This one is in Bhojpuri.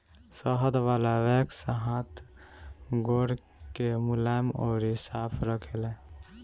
शहद वाला वैक्स हाथ गोड़ के मुलायम अउरी साफ़ रखेला